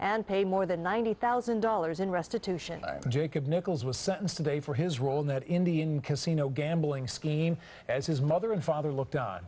and pay more than ninety thousand dollars in restitution jacob nichols was sentenced today for his role in that indian casino gambling scheme as his mother and father looked o